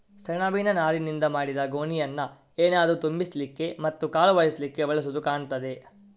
ಸೆಣಬಿನ ನಾರಿನಿಂದ ಮಾಡಿದ ಗೋಣಿಯನ್ನ ಏನಾದ್ರೂ ತುಂಬಿಸ್ಲಿಕ್ಕೆ ಮತ್ತೆ ಕಾಲು ಒರೆಸ್ಲಿಕ್ಕೆ ಬಳಸುದು ಕಾಣ್ತದೆ